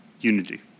unity